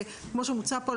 כמו שמוצע פה,